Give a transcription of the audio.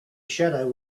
shadow